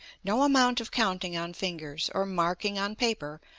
no amount of counting on fingers, or marking on paper,